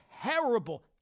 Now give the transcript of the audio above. terrible